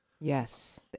Yes